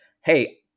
hey